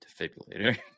defibrillator